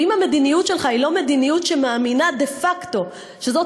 ואם המדיניות שלך היא לא מדיניות שמאמינה דה-פקטו שזאת